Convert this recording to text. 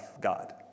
God